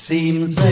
Seems